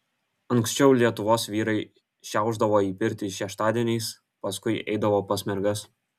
anksčiau lietuvos vyrai šiaušdavo į pirtį šeštadieniais paskui eidavo pas mergas